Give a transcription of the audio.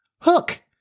Hook